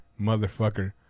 motherfucker